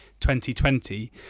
2020